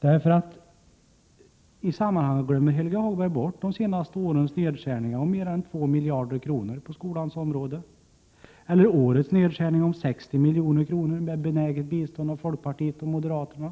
Helge Hagberg glömmer bort de senaste årens nedskärningar på mer än två miljarder på skolans område, och han glömmer bort årets nedskärning på 60 milj.kr., med benäget bistånd av folkpartiet och moderaterna.